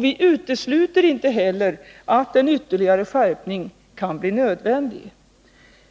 Vi utesluter inte heller att en ytterligare skärpning kan bli nödvändig.